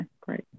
great